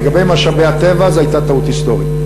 לגבי משאבי הטבע זו הייתה טעות היסטורית.